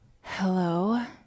Hello